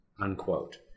unquote